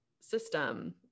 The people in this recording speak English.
system